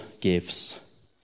gives